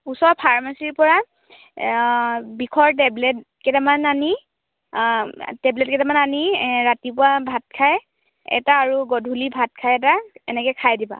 ওচৰৰ ফাৰ্মাচীৰপৰা বিষৰ টেবলেটকেইটামান আনি টেবলেটকেইটামান আনি ৰাতিপুৱা ভাত খাই এটা আৰু গধূলি ভাত খাই এটা এনেকৈ খাই দিবা